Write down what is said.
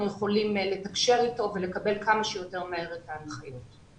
יכולים לתקשר אתו ולקבל כמה שיותר מהר את ההנחיות.